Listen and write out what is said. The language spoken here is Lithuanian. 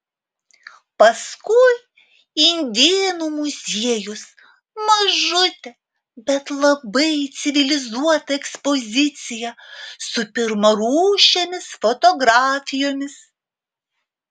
paskui indėnų muziejus mažutė bet labai civilizuota ekspozicija su pirmarūšėmis fotografijomis